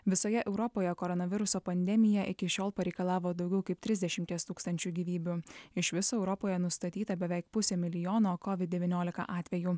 visoje europoje koronaviruso pandemija iki šiol pareikalavo daugiau kaip trisdešimties tūkstančių gyvybių iš viso europoje nustatyta beveik pusė milijono covid devyniolika atvejų